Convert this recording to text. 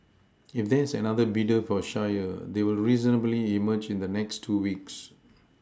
if there is another bidder for Shire they will reasonably emerge in the next two weeks